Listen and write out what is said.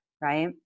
Right